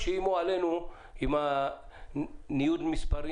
את זוכרת שאיימו עלינו עם ניוד המספרים